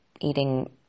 eating